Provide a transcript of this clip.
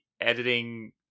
editing